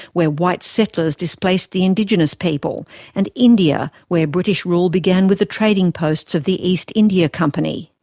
where white settlers displaced the indigenous people and india, where british rule began with the trading posts of the east india company.